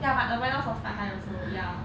ya my awareness was quite high also ya